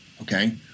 okay